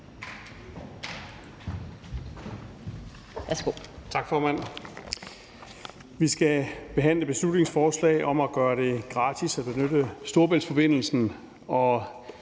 Tak, formand. Vi skal behandle et beslutningsforslag om at gøre det gratis at benytte Storebæltsforbindelsen,